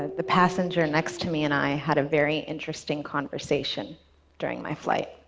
ah the passenger next to me and i had a very interesting conversation during my flight.